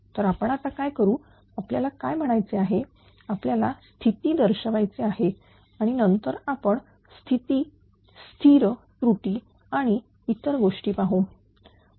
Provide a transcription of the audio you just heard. तर आपण आता काय करू आपल्याला काय म्हणायचे आहे आपल्याला स्थिती दर्शवायचे आहे आणि नंतर आपण स्थिर स्थिती त्रुटी आणि इतर गोष्टी पाहू